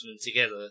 together